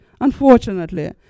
unfortunately